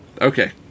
Okay